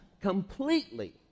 completely